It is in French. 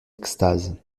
extase